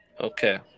okay